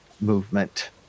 movement